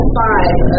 five